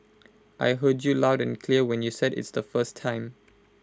I heard you loud and clear when you said its the first time